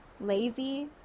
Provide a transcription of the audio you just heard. lazy